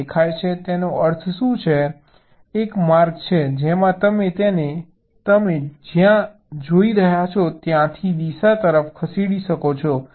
તે દેખાય છે તેનો અર્થ શું છે એક માર્ગ છે જેમાં તમે તેને તમે જ્યાં જોઈ રહ્યા છો ત્યાંથી દિશા તરફ ખસેડી શકો છો